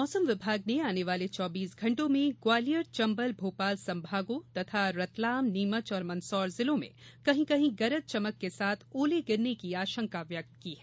मौसम विभाग ने आने वाले चौबीस घंटों में ग्वालियर चंबल भोपाल संभागों तथा रतलाम नीमच और मंदसौर जिलों में कहीं कहीं गरज चमक के साथ ओले गिरने की आशंका व्यक्त की है